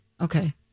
Okay